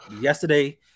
yesterday